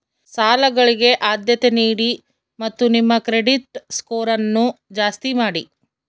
ಸಾಲಗಳಿಗೆ ಆದ್ಯತೆ ನೀಡಿ ಮತ್ತು ನಿಮ್ಮ ಕ್ರೆಡಿಟ್ ಸ್ಕೋರನ್ನು ಜಾಸ್ತಿ ಮಾಡಿ